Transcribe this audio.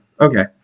Okay